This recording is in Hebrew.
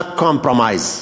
not compromised.